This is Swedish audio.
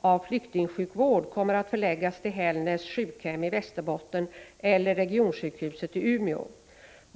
av flyktingsjukvård kommer att förläggas till Hällnäs sjukhem i Västerbotten eller regionsjukhuset i Umeå.